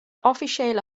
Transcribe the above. officiële